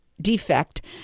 defect